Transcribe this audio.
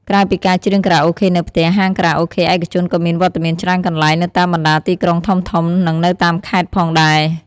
ក្រៅពីការច្រៀងខារ៉ាអូខេនៅផ្ទះ ហាងខារ៉ាអូខេឯកជនក៏មានវត្តមានច្រើនកន្លែង នៅតាមបណ្តាទីក្រុងធំៗ និងតាមខេត្តផងដែរ។